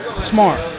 Smart